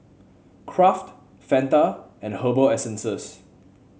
Kraft Fanta and Herbal Essences